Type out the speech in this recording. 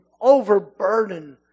overburdened